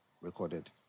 recorded